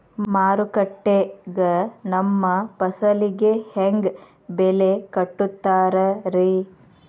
ಮಾರುಕಟ್ಟೆ ಗ ನಮ್ಮ ಫಸಲಿಗೆ ಹೆಂಗ್ ಬೆಲೆ ಕಟ್ಟುತ್ತಾರ ರಿ?